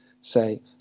say